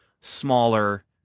smaller